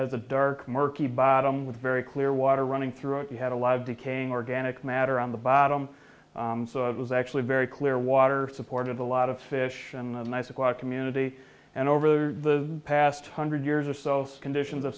has a dark murky bottom with very clear water running through it we had a lot of decaying organic matter on the bottom so it was actually very clear water supported a lot of fish and ice a quiet community and over the past hundred years or so conditions